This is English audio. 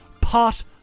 pot